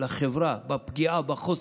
לחברה בפגיעה בחוסן,